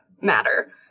matter